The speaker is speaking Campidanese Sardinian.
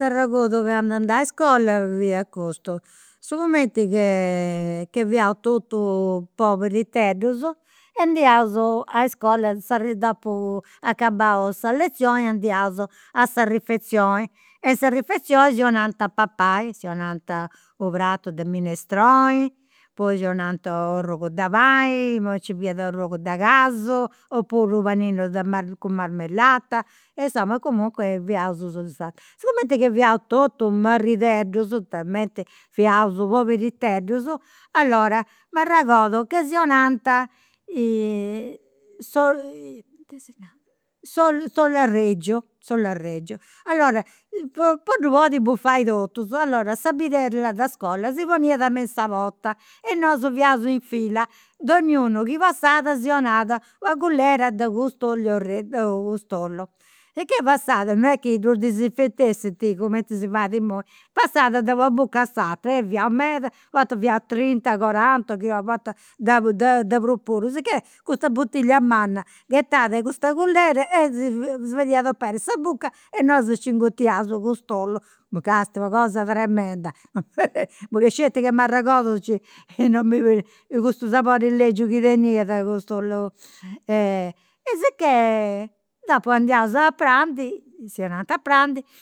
U' arregordu de candu andà a iscola est custu, sigumenti che fiaus totus poberiteddus, andiaus a iscola, acabau sa lezioni andiaus a sa refezioni, e in sa refezioni si 'onant a papai, si 'onant u' pratu de minestroni, poi si onant u' arrogu de pani, poi nci fiat u' arrogu de casu, opuru u' paninu de cun marmellata. E insoma comunque fiaus sodisfati. Sigumenti ca fiaus totus marideddus, talmente fiaus poberiteddus, allora m'arregordu ca si 'onant ita si nant, s'ollu a regiu, s'ollu a regiu. Allora po ddu podi buffai totus, allora sa bidella de iscola si poniat in sa porta e nosu fiaus in fila, donniunu chi passat si 'onat una cullera de custu ollu are, cust'ollu, sicchè passat non est chi ddu disinfetessint cumenti si fait imui, passat de una buca a sa s'atera, e fiaus meda, fiant trinta coranta e a bortas de de prus puru. Sicchè custa butillia manna, ghetat a custa cullera e si fadiat aberri sa buca e nosu nci ingutiaus. Castia, una cosa tremenda, sceti chi m'arregordu nci, non mi parriat, custu sabori legiu chi teniat custu ollu. E sicchè dopu andiaus a prandi, si 'onant a prandi